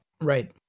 right